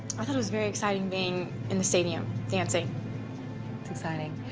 i thought it was very exciting being in the stadium dancing. it's exciting.